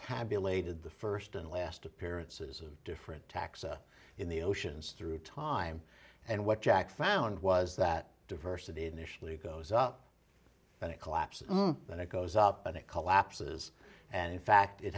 tabulated the st and last appearances of different taxa in the oceans through time and what jack found was that diversity initially goes up and it collapses and it goes up and it collapses and in fact it